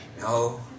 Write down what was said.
No